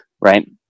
Right